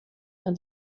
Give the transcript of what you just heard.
and